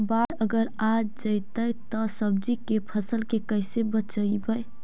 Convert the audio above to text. बाढ़ अगर आ जैतै त सब्जी के फ़सल के कैसे बचइबै?